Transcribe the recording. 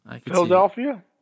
Philadelphia